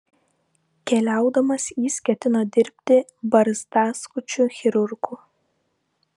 keliaudamas jis ketino dirbti barzdaskučiu chirurgu